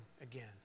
again